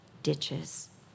ditches